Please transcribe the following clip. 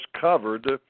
covered